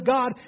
God